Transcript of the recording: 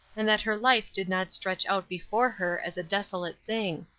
and that her life did not stretch out before her as a desolate thing.